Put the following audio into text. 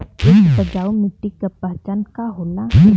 एक उपजाऊ मिट्टी के पहचान का होला?